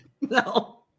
No